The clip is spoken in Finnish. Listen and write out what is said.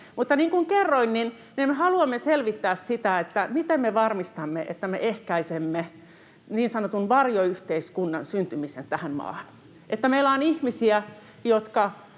Mutta niin kuin kerroin, niin haluamme selvittää sitä, miten me varmistamme, että me ehkäisemme niin sanotun varjoyhteiskunnan syntymisen tähän maahan, että meillä on ihmisiä,